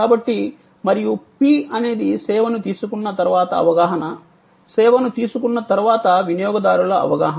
కాబట్టి మరియు P అనేది సేవను తీసుకున్న తర్వాత అవగాహన సేవను తీసుకున్న తర్వాత వినియోగదారుల అవగాహన